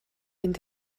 mynd